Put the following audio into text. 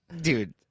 dude